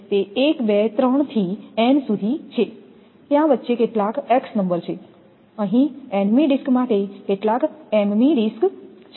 તે 1 2 3 થી n સુધી છે ત્યાં વચ્ચે કેટલાક x નંબર છે અહીં n મી ડિસ્ક માટે કેટલાક m મી ડિસ્ક છે